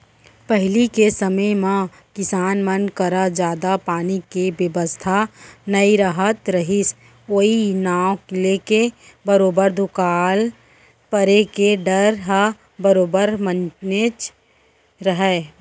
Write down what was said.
पहिली के समे म किसान मन करा जादा पानी के बेवस्था नइ रहत रहिस ओई नांव लेके बरोबर दुकाल परे के डर ह बरोबर बनेच रहय